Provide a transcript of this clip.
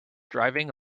driving